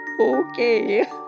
Okay